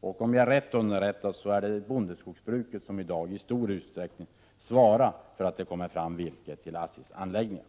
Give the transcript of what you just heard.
Om jag är rätt underrättad Om ASSI: kli är det bondeskogsbruket som i dag i stor utsträckning svarar för att det 2 Le ECREDE a RE | av sågverksrörelsen, kommer fram virke till ASSI:s anläggningar.